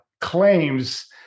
claims